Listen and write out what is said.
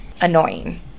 annoying